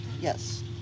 yes